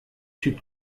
typ